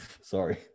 Sorry